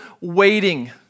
waiting